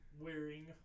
wearing